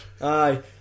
aye